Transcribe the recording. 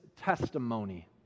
testimony